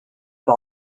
par